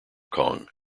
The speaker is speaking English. kong